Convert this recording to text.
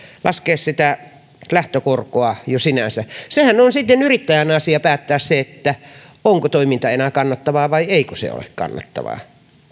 laskea sitä lähtökorkoa jo sinänsä sehän on sitten yrittäjän asia päättää onko toiminta enää kannattavaa vai eikö se ole kannattavaa